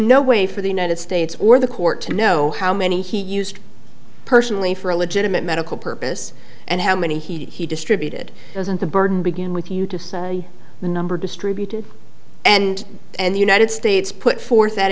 no way for the united states or the court to know how many he used personally for a legitimate medical purpose and how many he distributed doesn't the burden begin with you the number distributed and and the united states put forth that